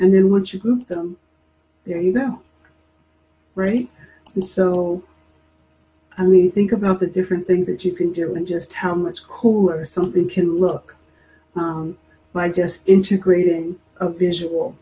and then once you group them there you know right and so i mean think about the different things that you can do and just how much cooler something can look by just integrating a visual